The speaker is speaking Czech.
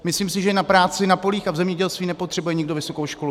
Myslím si, že na práci na polích a v zemědělství nepotřebuje nikdo vysokou školu.